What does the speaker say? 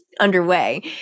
Underway